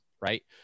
right